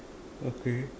okay